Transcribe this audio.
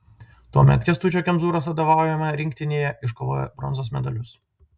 tuomet kęstučio kemzūros vadovaujama rinktinėje iškovojo bronzos medalius